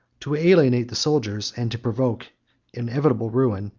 to alienate the soldiers, and to provoke inevitable ruin,